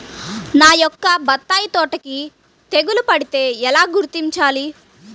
నా యొక్క బత్తాయి తోటకి తెగులు పడితే ఎలా గుర్తించాలి?